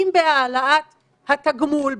אם בהעלאת התגמול,